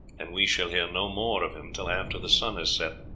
and we shall hear no more of him till after the sun has set.